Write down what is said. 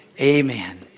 Amen